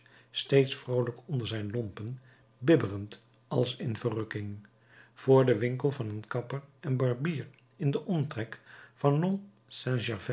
steeds vroolijk onder zijn lompen bibberend als in verrukking voor den winkel van een kapper en barbier in den omtrek van